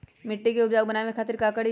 मिट्टी के उपजाऊ बनावे खातिर का करी?